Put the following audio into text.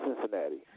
Cincinnati